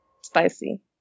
spicy